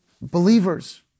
believers